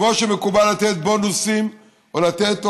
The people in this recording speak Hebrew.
כמו שמקובל לתת בונוסים או לתת הוקרה,